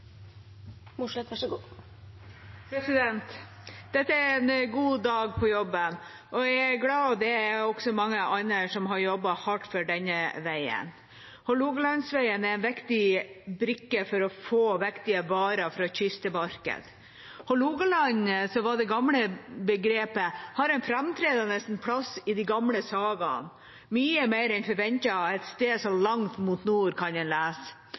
glad, og det er også mange andre som har jobbet hardt for denne veien. Hålogalandsveien er en viktig brikke for å få viktige varer fra kyst til marked. Hålogaland, som var det gamle begrepet, har en framtredende plass i de gamle sagaene, mye mer enn forventet av et sted så langt mot nord, kan en lese.